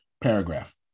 paragraph